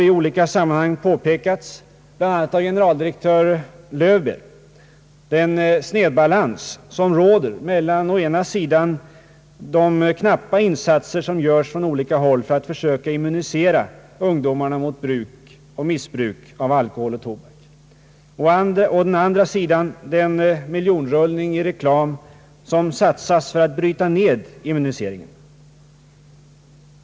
I olika sammanhang har påpekats, bl.a. av generaldirektör Löwbeer, den snedbalans som råder mellan å ena sidan de knappa insatser som görs från olika håll för att försöka immunisera ungdomarna mot bruk och missbruk av alkohol och tobak och å den andra sidan den miljonrullning som satsas i reklam för att bryta ned immuniseringen.